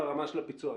ברמה של הביצוע.